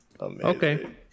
Okay